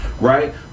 right